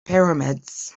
pyramids